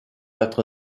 être